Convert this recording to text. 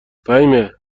فهیمه